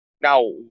Now